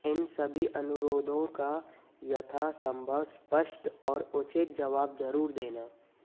इन सभी अनुरोधों का यथासंभव स्पष्ट और उचित जवाब जरूर देना